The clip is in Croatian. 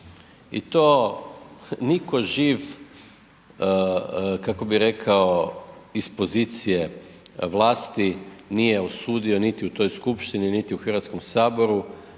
I to nitko živ, kako bi rekao, iz pozicije vlasti nije osudio niti u toj skupštini niti u Hrvatskom saboru